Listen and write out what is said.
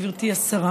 גברתי השרה,